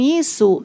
isso